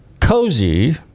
cozy